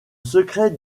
secret